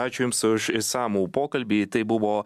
ačiū jums už išsamų pokalbį tai buvo